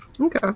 Okay